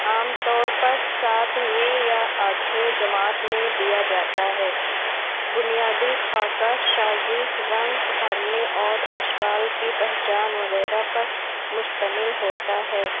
عام طور پر ساتویں یا آٹھویں جماعت میں دیا جاتا ہے بنیادی خاکہ سازی رنگ بھرنے اور اشکال کی پہچان وغیرہ پر مشتمل ہوتا ہے